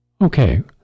okay